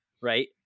Right